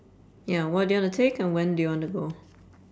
ya what do you wanna take and when do you wanna go